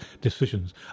decisions